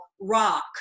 rock